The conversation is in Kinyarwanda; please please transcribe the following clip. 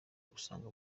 gusanga